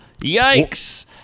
yikes